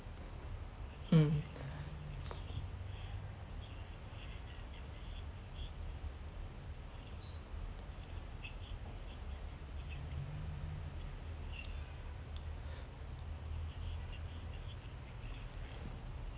mm